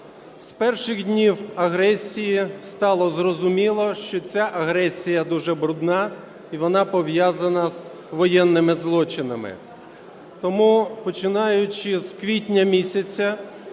З перших днів агресії стало зрозуміло, що ця агресія дуже брудна і вона пов'язана з воєнними злочинами. Тому, починаючи з квітня місяця,